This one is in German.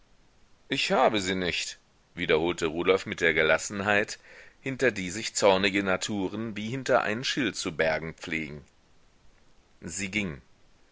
ich habe sie nicht wiederholte rudolf mit der gelassenheit hinter die sich zornige naturen wie hinter einen schild zu bergen pflegen sie ging